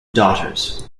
daughters